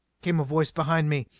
came a voice behind me.